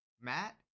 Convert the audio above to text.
Matt